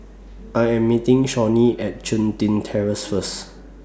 I Am meeting Shawnee At Chun Tin Terrace First